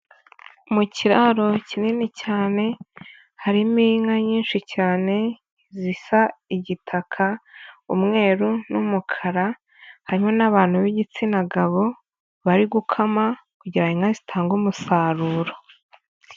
Mu kiraro kinini cyane harimo inka nyinshi cyane zisa igitaka, umweru n'umukara, harimo n'abantu b'igitsina gabo bari gukama kugira ngo inka zitange umusaruro.